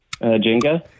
Jenga